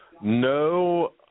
No